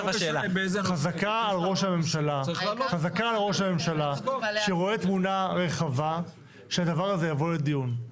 חזקה על ראש הממשלה שרואה תמונה רחבה שהדבר הזה יבוא לדיון.